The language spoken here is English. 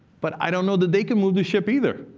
but i don't know that they can move the ship either.